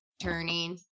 turning